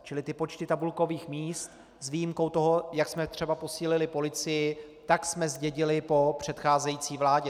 Čili ty počty tabulkových míst s výjimkou toho, jak jsme třeba posílili policii, jsme zdědili po předcházející vládě.